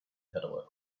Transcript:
peddler